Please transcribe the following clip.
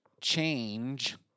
change